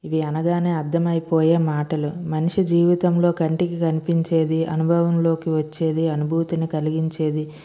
ఇవి అనగానే అర్థమయిపోయే మాటలు మనిషి జీవితంలో కంటికి కనిపించేది అనుభవంలోకి వచ్చేది అనుభూతిని కలిగించేది